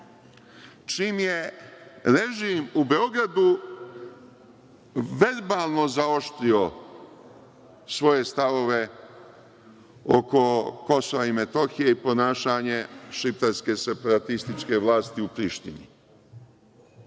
čim je režim u Beogradu verbalno zaoštrio svoje stavove oko Kosova i Metohije i ponašanje šiptarske separatističe vlasti u Prištini.